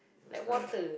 last time